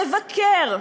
לבקר,